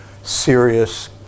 serious